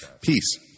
Peace